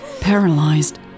paralyzed